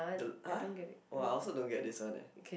!huh! !wah! I also don't get this one eh